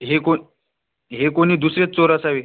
हे कोण हे कोणी दुसरेच चोर असावे